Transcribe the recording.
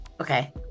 Okay